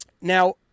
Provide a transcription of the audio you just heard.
now